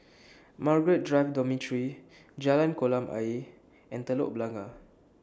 Margaret Drive Dormitory Jalan Kolam Ayer and Telok Blangah